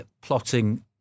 plotting